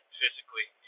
physically